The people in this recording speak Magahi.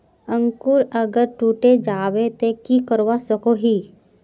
अंकूर अगर टूटे जाबे ते की करवा सकोहो ही?